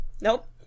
nope